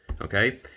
okay